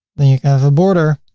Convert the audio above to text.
then you have a border,